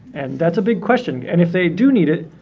and that's a big question. and if they do need it,